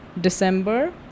December